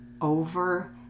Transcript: over